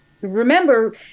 remember